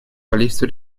количества